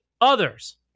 others